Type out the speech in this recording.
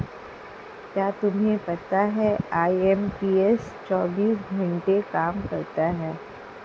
क्या तुम्हें पता है आई.एम.पी.एस चौबीस घंटे काम करता है